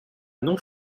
non